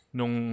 Nung